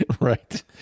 right